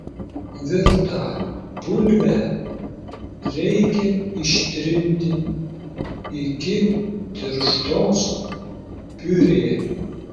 virtą bulvę reikia ištrinti iki tirštos piurė